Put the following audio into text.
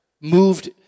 moved